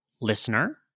listener